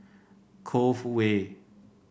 Cove Way